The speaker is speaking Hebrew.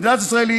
מדינת ישראל היא